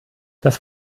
das